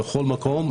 בכל מקום,